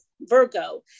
Virgo